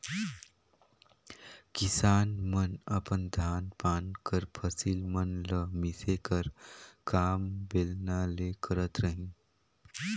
किसान मन अपन धान पान कर फसिल मन ल मिसे कर काम बेलना ले करत रहिन